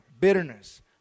bitterness